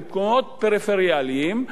במקומות פריפריאליים,